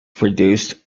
produced